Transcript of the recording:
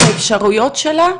את האפשרויות שלה,